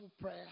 prayer